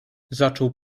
zaczął